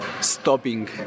stopping